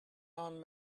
armed